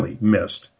missed